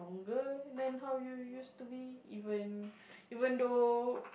longer then you used to be even even though